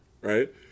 right